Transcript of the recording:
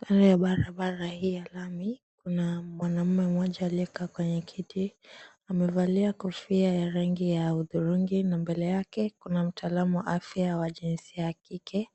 Kando ya hii barabara ya lami kuna mwanamme aliyeketi kwenye kiti na maevalia kofia ya hudhurungi na mbele yake kuna mtaalamu wa afya wa jinsia ya kike